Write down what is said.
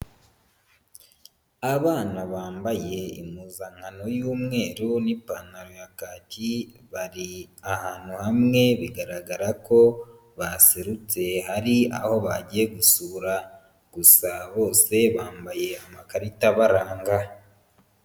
Abana bambaye impuzankano y'umweru n'ipantaro ya kaki, bari ahantu hamwe bigaragara ko baserutse hari aho bagiye gusura gusa bose bambaye amakarita abaranga.